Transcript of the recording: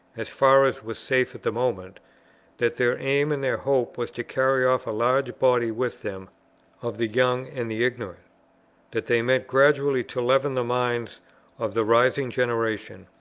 as far as was safe at the moment that their aim and their hope was to carry off a large body with them of the young and the ignorant that they meant gradually to leaven the minds of the rising generation,